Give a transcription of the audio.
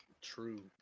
True